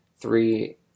three